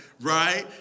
right